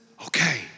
okay